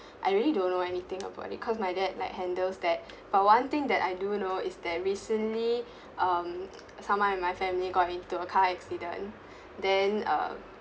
I really don't know anything about it cause my dad like handles that but one thing that I do know is that recently um someone in my family got into a car accident then um